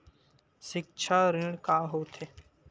सिक्छा ऋण का होथे?